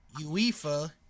UEFA